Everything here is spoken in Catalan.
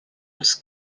els